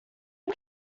are